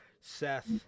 Seth